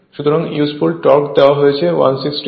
সুতরাং useful torque দেওয়া হয়েছে 160 রটার গতি